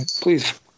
Please